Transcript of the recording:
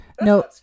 No